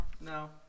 No